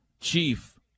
Chief